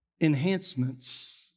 enhancements